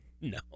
No